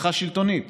הבטחה שלטונית